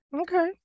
Okay